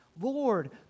Lord